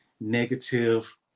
negative